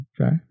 Okay